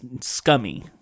scummy